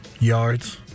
yards